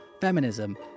feminism